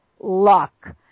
luck